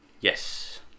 Yes